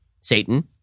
Satan